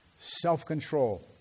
self-control